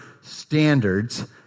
standards